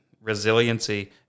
resiliency